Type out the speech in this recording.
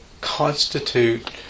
constitute